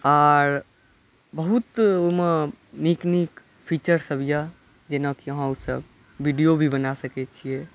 आर बहुत ओहि मे नीक नीक फीचर सब यऽ जेनाकि आहाँ ओ सब वीडियो भी बनाय सकै छियै